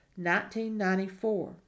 1994